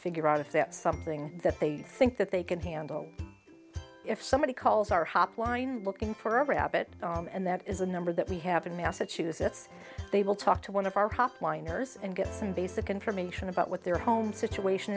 figure out if that something that they think that they can handle if somebody calls our hotline looking for a rabbit and that is a number that we have in massachusetts they will talk to one of our miners and get some basic information about what their home situation